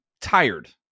tired